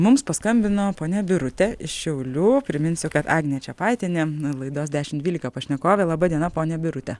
mums paskambino ponia birutė iš šiaulių priminsiu kad agnė čepaitienė laidos dešimt dvylika pašnekovė laba diena ponia birute